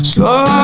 Slow